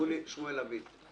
שמואל לויט,